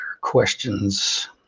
questions